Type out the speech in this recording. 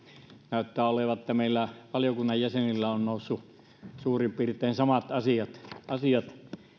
näyttää olevan niin että meillä valiokunnan jäsenillä on noussut suurin piirtein samat asiat asiat